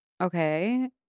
Okay